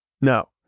No